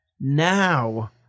Now